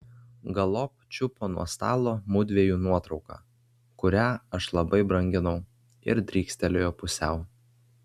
galop čiupo nuo stalo mudviejų nuotrauką kurią aš labai branginau ir drykstelėjo pusiau